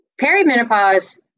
perimenopause